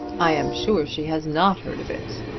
i am sure she has not heard of it.